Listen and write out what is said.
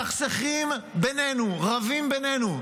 מסתכסכים בינינו, רבים בינינו,